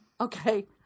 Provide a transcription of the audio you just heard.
Okay